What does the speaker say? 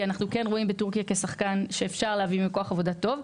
כי אנחנו כן רואים בטורקיה כשחקן שאפשר להביא ממנו כוח עבודה טוב.